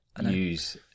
use